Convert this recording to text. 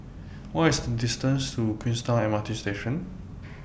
What IS The distance to Queenstown MRT Station